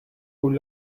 kun